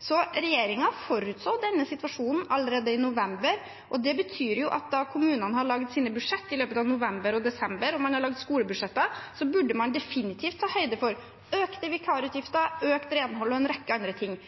Så regjeringen forutså denne situasjonen allerede i november. Det betyr at da kommunene laget sine budsjetter i løpet av november og desember og man laget skolebudsjetter, burde man definitivt tatt høyde for økte vikarutgifter, økt renhold og en rekke andre ting.